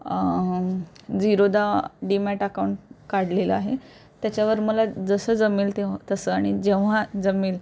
Zerodha demat account काढलेलं आहे त्याच्यावर मला जसं जमेल तेव्हा तसं आणि जेव्हा जमेल